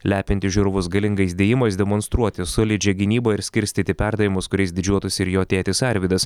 lepinti žiūrovus galingais dėjimais demonstruoti solidžią gynybą ir skirstyti perdavimus kuriais didžiuotųsi ir jo tėtis arvydas